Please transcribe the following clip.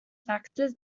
factors